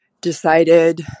Decided